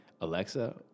Alexa